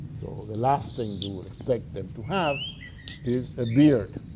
so the last thing you would expect them to have is a beard.